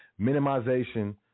minimization